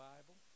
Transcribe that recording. Bible